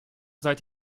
seid